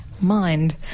mind